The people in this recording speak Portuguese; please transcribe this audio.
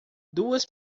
duas